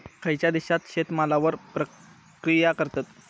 खयच्या देशात शेतमालावर प्रक्रिया करतत?